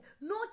no